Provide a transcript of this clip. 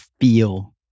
feel